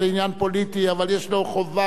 אבל יש לו חובה קודם כול לכנסת,